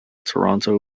toronto